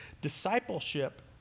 Discipleship